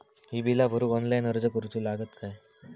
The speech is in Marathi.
ही बीला भरूक ऑनलाइन अर्ज करूचो लागत काय?